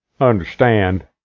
understand